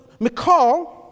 McCall